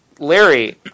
Larry